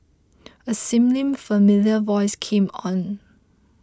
a seemingly familiar voice came on